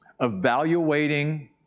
evaluating